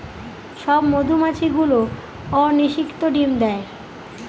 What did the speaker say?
সব মধুমাছি গুলো অনিষিক্ত ডিম দেয়